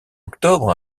octobre